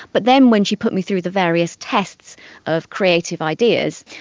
but then when she put me through the various tests of creative ideas,